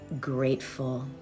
grateful